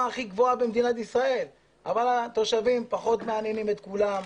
הכי גבוהה במדינת ישראל אבל התושבים פחות מעניינים את כולם.